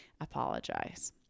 apologize